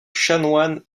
chanoine